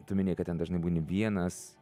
tu mini kad ten dažnai būni vienas